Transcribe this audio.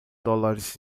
dólares